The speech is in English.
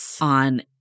on